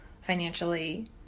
financially